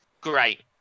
great